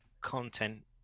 content